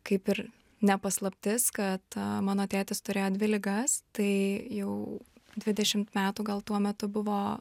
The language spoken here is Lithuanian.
kaip ir ne paslaptis kad mano tėtis turėjo dvi ligas tai jau dvidešimt metų gal tuo metu buvo